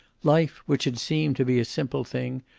life, which had seemed to be a simple thing,